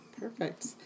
Perfect